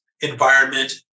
environment